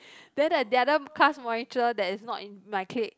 then the the other class monitress that is not in my clique